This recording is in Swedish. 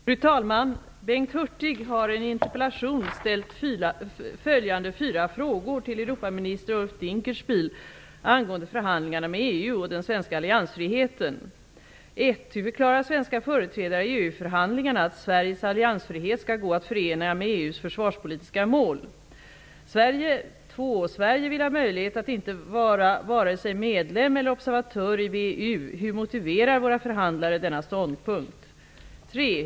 Fru talman! Bengt Hurtig har i en interpellation ställt följande fyra frågor till Europaminister Ulf 1. Hur förklarar svenska företrädare i EU förhandlingarna att Sveriges alliansfrihet skall gå att förena med EU:s försvarspolitiska mål? 2. Sverige vill ha möjlighet att inte vara vare sig medlem eller observatör i VEU. Hur motiverar våra förhandlare denna ståndpunkt? 3.